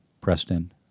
Preston